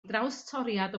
drawstoriad